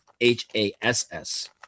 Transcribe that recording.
h-a-s-s